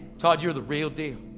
todd, you're the real deal.